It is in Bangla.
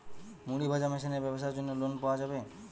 মুড়ি ভাজা মেশিনের ব্যাবসার জন্য লোন পাওয়া যাবে?